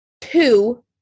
two